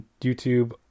YouTube